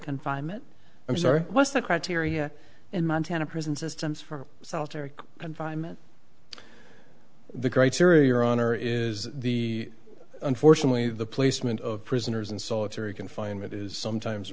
confinement i'm sorry what's the criteria in montana prison systems for solitary confinement the criteria your honor is the unfortunately the placement of prisoners in solitary confinement is sometimes